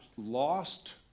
Lost